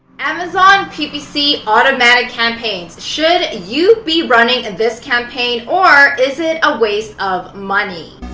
amazon ppc automatic campaigns. should you be running this campaign or is it a waste of money?